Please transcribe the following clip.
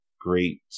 great